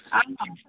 आम् आम्